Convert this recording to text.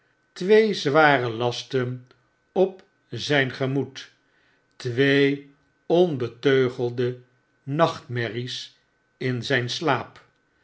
twee zware lasten op zp gemoed twee onbeteugelde nachtmerries in zp slaap